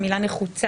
בהחלט.